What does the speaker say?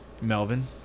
Melvin